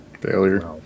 failure